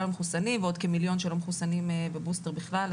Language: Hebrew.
לא מחוסנים ועוד כמיליון שלא מחוסנים בבוסטר בכלל,